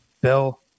bill